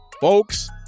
Folks